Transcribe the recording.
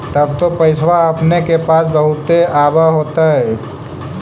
तब तो पैसबा अपने के पास बहुते आब होतय?